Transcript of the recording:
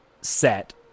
set